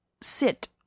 sit